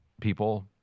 people